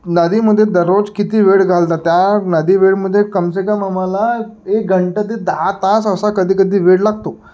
नदीमध्ये दररोज किती वेळ घालता त्या नदी वेळमध्ये कमसेकम आम्हाला एक घंटा ते दहा तास असा कधीकधी वेळ लागतो